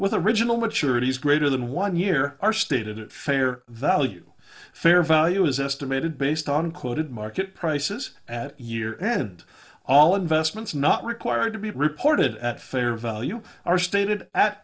with original maturities greater than one year are stated it fair value fair value is estimated based on quoted market prices at year end all investments not required to be reported at fair value are stated at